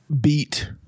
beat